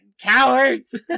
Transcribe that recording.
cowards